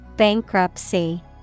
Bankruptcy